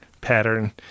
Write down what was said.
pattern